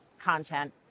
content